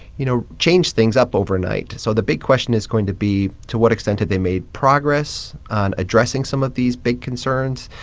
you know, change things up overnight so the big question is going to be to what extent had they made progress on addressing some of these big concerns?